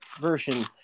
version